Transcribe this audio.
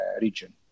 region